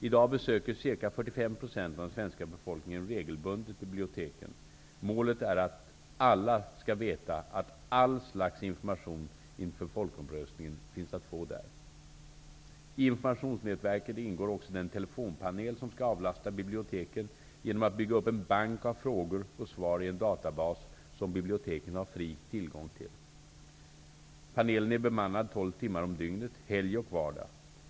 I dag besöker ca 45 % av den svenska befolkningen regelbundet biblioteken -- målet är att alla skall veta att all slags information inför folkomröstningen finns att få där. I informationsnätverket ingår också den telefonpanel som skall avlasta biblioteken genom att man skall bygga upp en bank av frågor och svar i en databas som biblioteken har fri tillgång till. Panelen är bemannad tolv timmar om dygnet, helg och vardag.